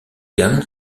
gan